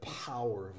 power